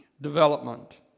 development